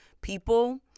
people